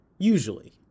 Usually